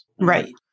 Right